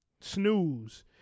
Snooze